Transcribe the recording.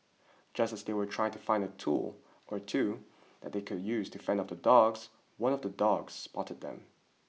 just as they were trying to find a tool or two that they could use to fend off the dogs one of the dogs spotted them